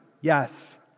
yes